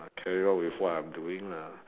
I carry on with what I'm doing lah